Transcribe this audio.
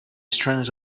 strength